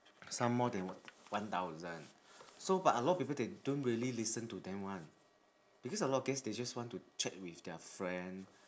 somemore they o~ one thousand so but a lot people they don't really listen to them one because a lot of guest they just want to chat with their friend